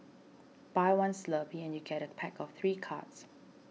buy one Slurpee and you get a pack of three cards